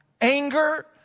anger